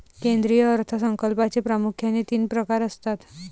केंद्रीय अर्थ संकल्पाचे प्रामुख्याने तीन प्रकार असतात